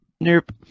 Nope